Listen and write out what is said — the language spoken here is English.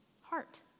heart